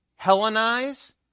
Hellenize